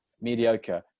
Mediocre